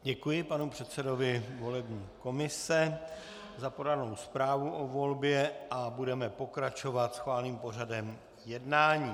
Děkuji panu předsedovi volební komise za podanou zprávu o volbě a budeme pokračovat schváleným pořadem jednání.